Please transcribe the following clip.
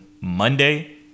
Monday